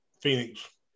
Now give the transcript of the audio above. Phoenix